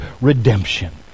redemption